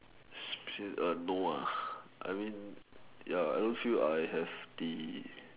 no I mean ya I don't feel I have the